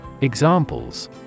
Examples